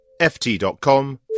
FT.com